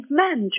man